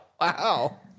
Wow